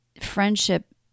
friendship